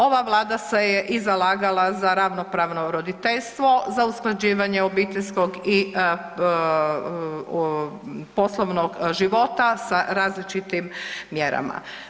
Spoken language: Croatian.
Ova vlada se je i zalagala za ravnopravno roditeljstvo, za usklađivanje obiteljskog i poslovnog života sa različitim mjerama.